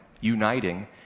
uniting